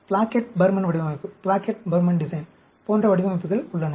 Plackett பர்மன் வடிவமைப்பு போன்ற வடிவமைப்புகள் உள்ளன